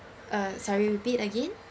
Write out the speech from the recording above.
uh sorry repeat again